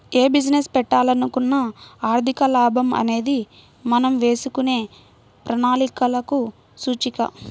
యే బిజినెస్ పెట్టాలనుకున్నా ఆర్థిక లాభం అనేది మనం వేసుకునే ప్రణాళికలకు సూచిక